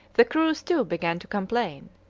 the crews, too, began to complain.